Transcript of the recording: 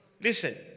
Listen